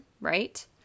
right